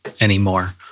anymore